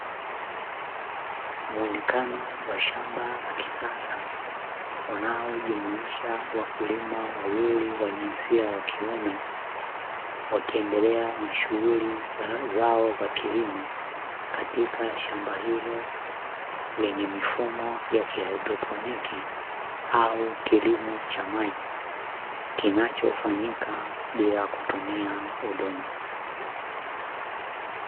Muonekano wa shamba la kisasa unaojumuisha wakulima wawili wa jinsia ya kiume, wakiendelea na shughuli zao za kilimo katika shamba hilo lenye mifumo ya kihaidroponi, au kilimo cha maji kinachofanyika bila kutumia udongo.